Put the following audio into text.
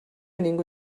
ningú